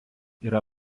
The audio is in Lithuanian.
yra